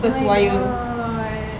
my god